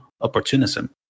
opportunism